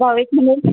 राव एक मिनिट